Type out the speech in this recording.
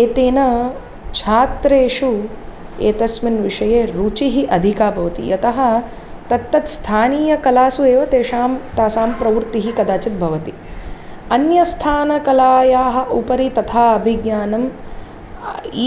एतेन छात्रेषु एतस्मिन् विषये रुचिः अधिका भवति यतः तत्तत् स्थानीयकलासु एव तेषां तासां प्रवृत्तिः कदाचित् भवति अन्यस्थानकलायाः उपरि तथा अभिज्ञानं